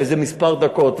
וזה כמה דקות,